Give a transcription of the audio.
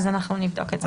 אנחנו נבדוק את זה.